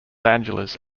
angeles